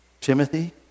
Timothy